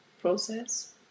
process